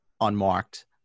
unmarked